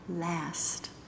last